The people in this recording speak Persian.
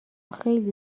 خیلی